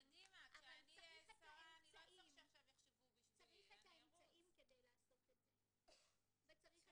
אבל צריך את האמצעים כדי לעשות את זה וצריך